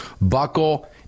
Buckle